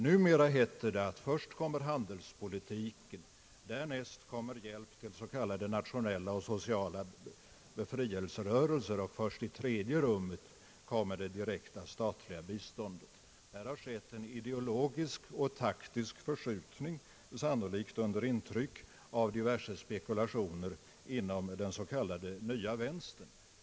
Numera heter det att först kommer handelspoli tiken, därnäst kommer hjälp till s.k. nationella och sociala befrielserörelser, och först i tredje rummet kommer det direkta statliga biståndet. Här har skett en ideologisk och taktisk förskjutning, sannolikt under intryck av diverse spekulationer inom den s.k. nya vänstern.